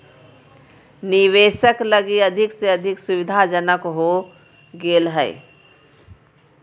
निवेशक लगी अधिक से अधिक सुविधाजनक हो गेल हइ